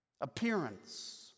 appearance